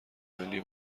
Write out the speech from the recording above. ملی